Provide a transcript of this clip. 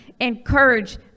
Encourage